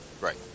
Right